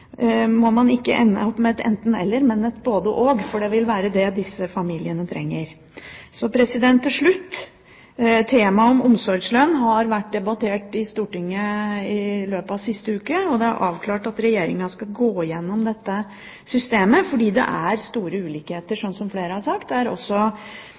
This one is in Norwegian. må man, etter mitt syn, ikke ende opp med et enten–eller, men et både–og, for det vil være det disse familiene trenger. Til slutt: Temaet omsorgslønn har vært debattert i Stortinget i løpet av siste uke. Det er avklart at Regjeringen skal gå gjennom dette systemet, fordi det er store ulikheter,